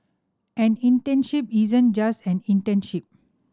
an internship isn't just an internship